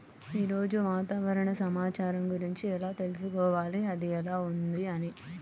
ఈరోజు వాతావరణ సమాచారం గురించి ఎలా తెలుసుకోవాలి అది ఎలా ఉంది అని?